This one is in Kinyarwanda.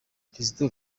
kizito